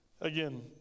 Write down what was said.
again